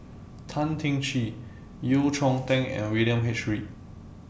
Tan Teng Kee Yeo Cheow Tong and William H Read